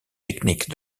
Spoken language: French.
techniques